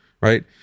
right